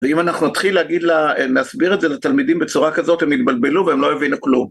ואם אנחנו נתחיל להגיד ל... להסביר את זה לתלמידים בצורה כזאת, הם יתבלבלו והם לא הבינו כלום.